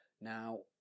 Now